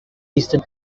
eastern